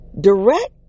direct